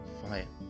fire